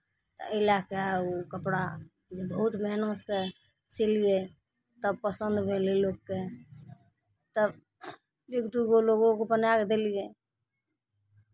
एहि लए कऽ ओ कपड़ा बहुत मेहनतसँ सिलियै तब पसन्द भेलै लोककेँ तब एक दू गो लोकोके बनाए कऽ देलियै